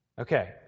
Okay